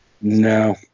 No